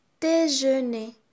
déjeuner